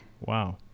Wow